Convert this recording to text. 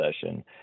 session